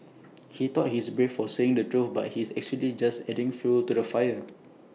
he thought he's brave for saying the truth but he's actually just adding fuel to the fire